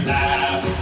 laugh